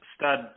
stud